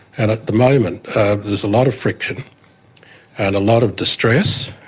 and at the moment there's a lot of friction and a lot of distress,